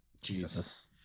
Jesus